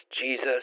Jesus